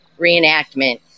reenactment